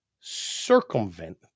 circumvent